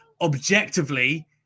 Objectively